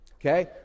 okay